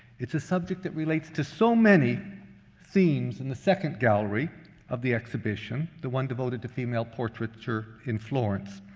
it's a subject that relates to so many themes in the second gallery of the exhibition, the one devoted to female portraiture in florence.